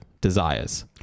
Desires